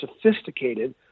sophisticated